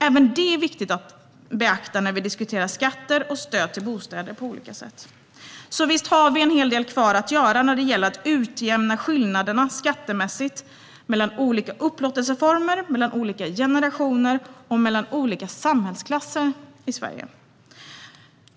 Även detta är viktigt att beakta när vi diskuterar skatter och stöd till bostäder på olika sätt. Visst har vi en hel del kvar att göra när det gäller att utjämna skattemässiga skillnaderna mellan olika upplåtelseformer, generationer och samhällsklasser i Sverige.